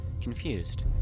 confused